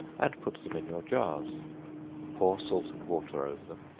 and put them in your jars pour salt and water over them,